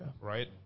right